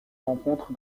rencontre